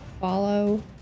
follow